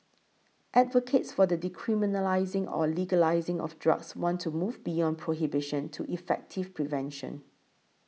advocates for the decriminalising or legalising of drugs want to move beyond prohibition to effective prevention